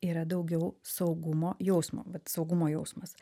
yra daugiau saugumo jausmo vat saugumo jausmas